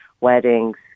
Weddings